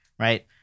right